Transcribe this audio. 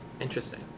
Interesting